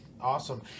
Awesome